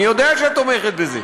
אני יודע שאת תומכת בזה,